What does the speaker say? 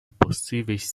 possíveis